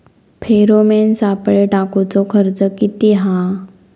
Pheromone सापळे टाकूचो खर्च किती हा?